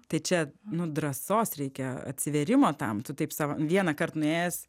tai čia nu drąsos reikia atsivėrimo tam tu taip sau vienąkart nuėjęs